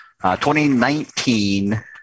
2019